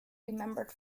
remembered